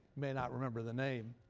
may not remember the name.